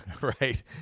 right